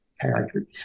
character